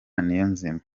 niyonzima